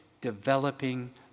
developing